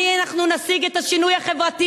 אני, אנחנו נשיג את השינוי החברתי